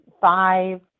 five